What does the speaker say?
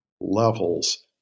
levels